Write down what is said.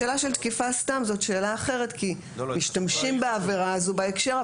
השאלה של תקיפה סתם זאת שאלה אחרת כי משתמשים בעבירה הזו בהקשר,